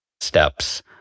steps